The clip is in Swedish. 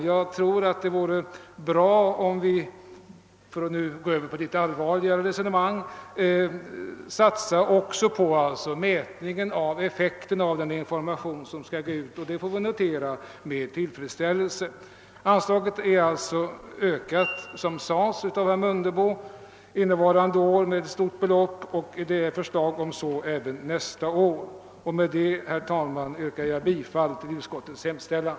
Jag tror det vore bra om vi, för att gå över till litet allvarligare resonemang, kunde satsa också på en mätning av effekten av den information som skall gå ut. Anslaget är alltså ökat, som herr Mundebo sade, med ett betydan:: belopp för innevarande år och även för nästa. Med detta, herr talman, yrkar jag bifall till utskottets hemställan.